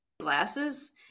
glasses